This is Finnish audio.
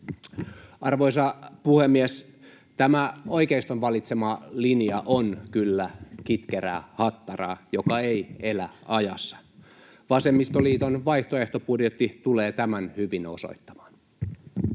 Arvoisa puhemies! Tämä oikeiston valitsema linja on kyllä kitkerää hattaraa, joka ei elä ajassa. Vasemmistoliiton vaihtoehtobudjetti tulee tämän hyvin osoittamaan.